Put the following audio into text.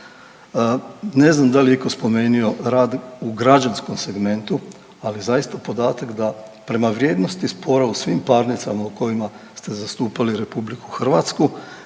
Ne znam da li je iko spomenuo rad u građanskom segmentu, ali zaista podatak da prema vrijednosti sporova u svim parnicama u kojima ste zastupali RH uspjeh je